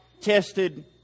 tested